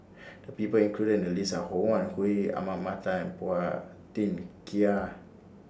The People included in The list Are Ho Wan Hui Ahmad Mattar Phua Thin Kiay